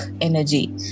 energy